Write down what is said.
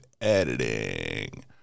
editing